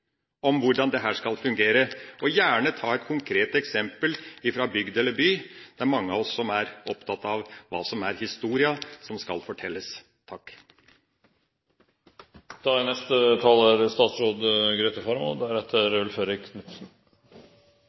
om hvordan dette skal fungere – ta gjerne et konkret eksempel fra bygd eller by, det er mange av oss som er opptatt av hva som er historien som skal fortelles. Politiets arbeid med vinningskriminaliteten er